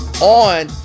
on